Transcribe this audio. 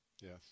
yes